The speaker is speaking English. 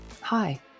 Hi